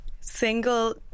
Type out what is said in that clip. Single